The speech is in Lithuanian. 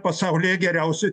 pasaulyje geriausiu